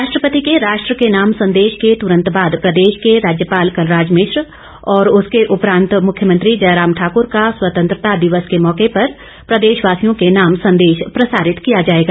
राष्ट्रपति के राष्ट्र के नाम संदेश के तुरंत बाद प्रदेश के राज्यपाल कलराज मिश्र और उसके उपरांत मुख्यमंत्री जयराम ठाकुर का स्वतंत्रता दिवस के मौके पर प्रदेशवासियों के नाम संदेश प्रसारित किया जाएगा